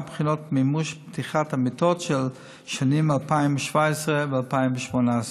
בחינת מימוש פתיחת המיטות של השנים 20172018 .